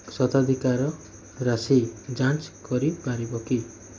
ସ୍ୱାତ୍ୱାଧିକାର ରାଶି ଯାଞ୍ଚ କରିପାରିବ କି